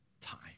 time